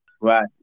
Right